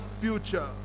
future